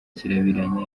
kirabiranya